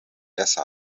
essa